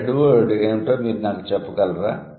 ఇక్కడ 'head word ' ఏమిటో మీరు నాకు చెప్పగలరా